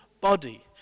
body